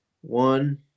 One